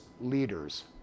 leaders